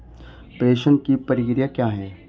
प्रेषण की प्रक्रिया क्या है?